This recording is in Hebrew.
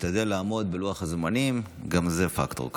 להשתדל לעמוד בלוח הזמנים, גם זה פקטור כאן.